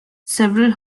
several